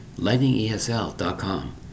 LightningESL.com